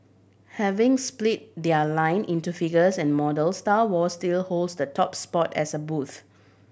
having split their line into figures and models Star Wars still holds the top spot as a booth